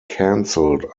canceled